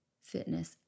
fitness